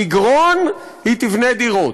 במגרון היא תבנה דירות.